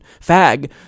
fag